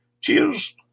cheers